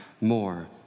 more